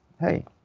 Hey